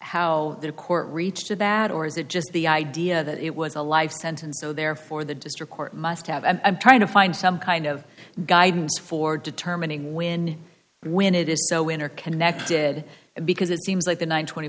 how the court reached a bad or is it just the idea that it was a life sentence so therefore the district court must have i'm trying to find some kind of guidance for determining when and when it is so interconnected and because it seems like the one twenty